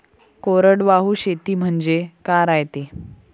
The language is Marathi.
कोरडवाहू शेती म्हनजे का रायते?